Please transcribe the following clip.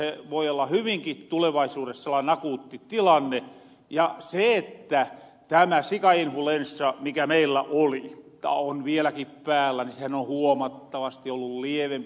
se voi olla hyvinkin tulevaisuudessa sellainen akuutti tilanne ja tämä sikainfluenssa mikä meillä oli tai on vieläkin päällä niin sehän on huomattavasti ollut lievempi